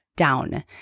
Down